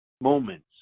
moments